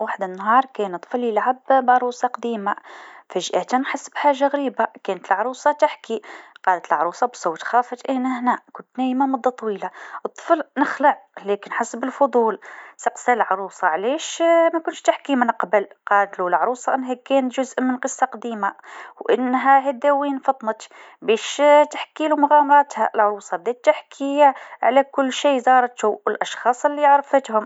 فما نهار كان طفل يلعب بعروسه قديمه فجأة حس بحاجه غريبه ولت العروسه تحكي قالت العروسه بصوت خافت أنا هنا كنت راقده مده طويله، الطفل تفجع لكن حس بالفضول وسأل العروسه علاش ما تكلمتش من قبل قاتلو العروسه إنها كانت جزء من قصه قديمه و إنها هذا وين فاقت باش تحكيلو مغامرتها، العروسه بدت تحكي على كل شي زارتو والأشخاص اللي عرفتهم.